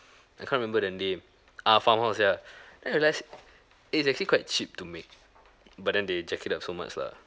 I can't remember the name ah farmhouse ya then I realise eh it's actually quite cheap to make but then they jack it up so much lah